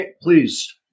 Please